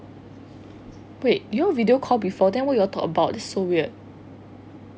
wait you all video call before then what what you all talk about that's so weird